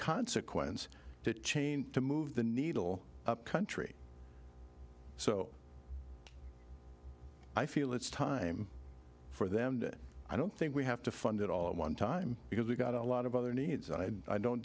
consequence to change to move the needle up country so i feel it's time for them and i don't think we have to fund it all at one time because we've got a lot of other needs and i don't